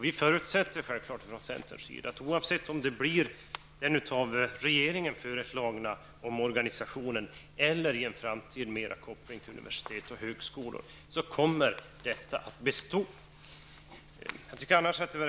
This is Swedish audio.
Vi förutsätter från centerns sida att oavsett om det blir en av regeringen föreslagen omorganisation eller en i framtiden till universitet och högskolor kopplad forskning, kommer kvinnoforskningen att bestå.